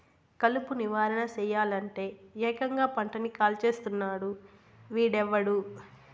కలుపు నివారణ సెయ్యలంటే, ఏకంగా పంటని కాల్చేస్తున్నాడు వీడెవ్వడు